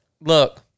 look